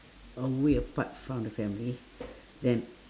away apart from the family then